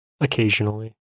Occasionally